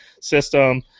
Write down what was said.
system